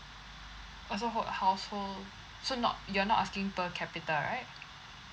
oh so for household so not you're not asking per capita right